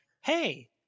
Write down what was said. hey